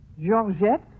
Georgette